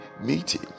meeting